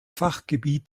fachgebiet